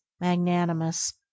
magnanimous